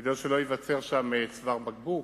כדי שלא ייווצר שם צוואר בקבוק,